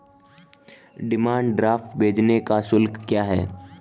Demand draft भेजने का शुल्क क्या है?